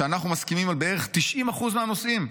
שאנחנו מסכימים על בערך 90% מהנושאים,